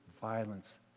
violence